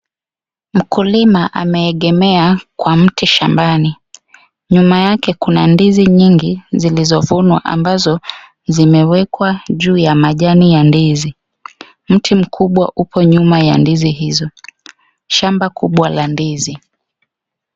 Mkulima ameegemea Kwa mti shambani ,nyuma yake kuna ndizi nyingi zilizovunwa ambazo zimewekwa juu ya majani ya ndizi . Mti mkubwa upo nyuma ya ndizi hizo, shamba kubwa la ndizi.